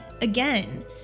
again